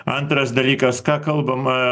antras dalykas ką kalbama